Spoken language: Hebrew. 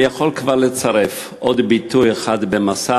אני יכול כבר לצרף עוד ביטוי אחד במסע